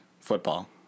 football